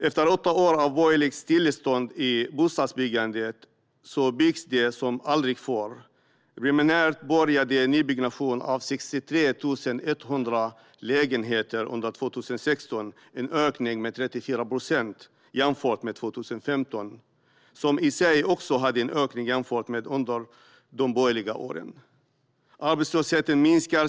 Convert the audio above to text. Efter åtta år av borgerligt stillestånd i bostadsbyggandet byggs det som aldrig förr. Preliminärt påbörjades nybyggnation av 63 100 lägenheter 2016, en ökning med 34 procent jämfört med 2015, som i sig också uppvisade en ökning jämfört med under de borgerliga åren. Arbetslösheten minskar.